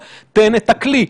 אתה מבין כמה הכלי הזה,